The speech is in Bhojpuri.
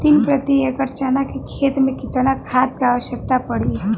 तीन प्रति एकड़ चना के खेत मे कितना खाद क आवश्यकता पड़ी?